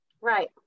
right